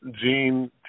Gene